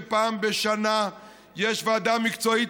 פעם בשנה יש ועדה מקצועית,